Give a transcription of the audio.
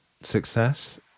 success